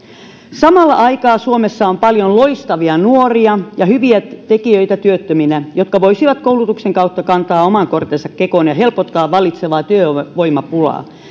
samalla aikaa suomessa on työttöminä paljon loistavia nuoria ja hyviä tekijöitä jotka voisivat koulutuksen kautta kantaa oman kortensa kekoon ja helpottaa vallitsevaa työvoimapulaa